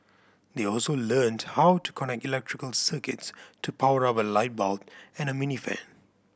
they also learnt how to connect electrical circuits to power up a light bulb and a mini fan